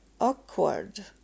awkward